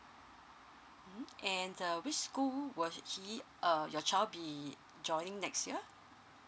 mmhmm and uh which school were he err your child be joining next year